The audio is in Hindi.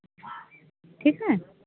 ठीक है